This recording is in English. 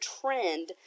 trend